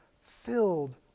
filled